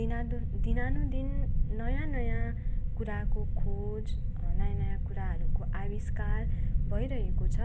दिनादुन दिनानुदिन नयाँ नयाँ कुराको खोज नयाँ नयाँ कुराहरूको आविष्कार भइरहेको छ